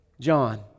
John